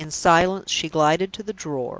in silence, she glided to the drawer.